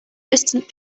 distant